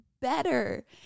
better